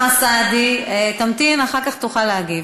יש כאן סרבנות שיטתית שנמשכת.